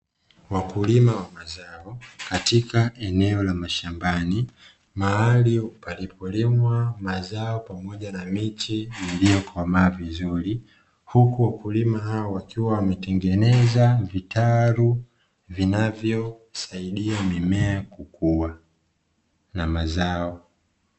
Wakulima wa mazao katika eneo la mashambani mahali palipo limwa mazao pamoja na miche iliyokomaa vizuri, huku wakulima hao wakiwa wametengeneza vitalu vinavyosaidia mimea kukua na mazao.